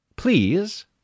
Please